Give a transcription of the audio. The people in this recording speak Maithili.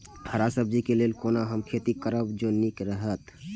हरा सब्जी के लेल कोना हम खेती करब जे नीक रहैत?